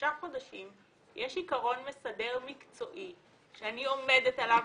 בשישה חודשים יש עקרון מסדר מקצועי שאני עומדת עליו,